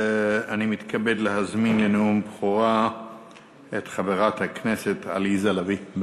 אני מתכבד להזמין לנאום בכורה את חברת הכנסת עליזה לביא.